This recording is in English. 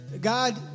God